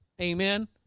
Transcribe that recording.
amen